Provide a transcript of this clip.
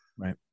Right